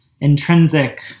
intrinsic